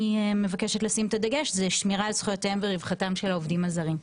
מבקשת לשים את הדגש: שמירה על זכויותיהם ורווחתם של העובדים הזרים.